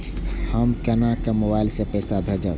हम केना मोबाइल से पैसा भेजब?